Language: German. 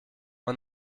man